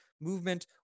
movement